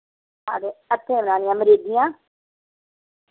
हां ते हत्थें बनानियां मरीदियां